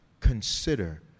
consider